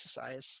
exercise